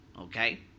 Okay